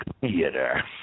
Theater